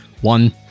one